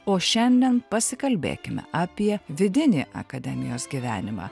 o šiandien pasikalbėkime apie vidinį akademijos gyvenimą